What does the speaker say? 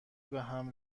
بهم